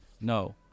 No